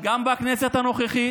גם בכנסת הנוכחית,